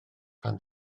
pan